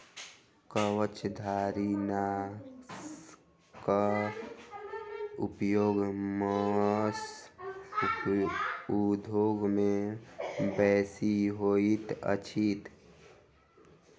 कवचधारीनाशकक प्रयोग मौस उद्योग मे बेसी होइत अछि